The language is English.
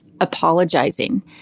apologizing